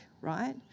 right